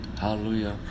Hallelujah